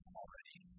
already